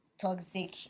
toxic